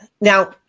now